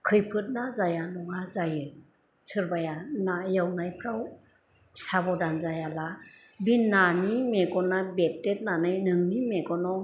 खैफोदआ जाया नङा जायो सोरबाया ना एवनायफ्राव साबधान जायाला बे नानि मेगना बेददेथनानै नोंनि मेगनाव